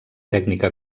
tècnica